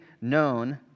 known